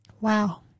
Wow